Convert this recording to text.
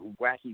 wacky